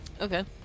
Okay